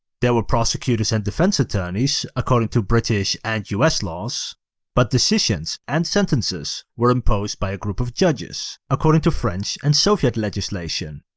there were prosecutors and defense attorneys according to british and us laws but decisions and sentences were imposed by a group of judges, according to french and soviet legislation.